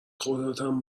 خداتم